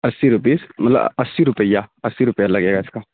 اسّی روپیز مطلب اسّی روپیہ اسی روپیہ لگے گا اس کا